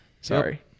sorry